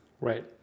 Right